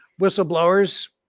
whistleblowers